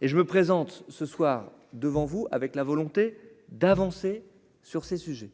et je me présente ce soir devant vous, avec la volonté d'avancer sur ces sujets.